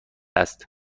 است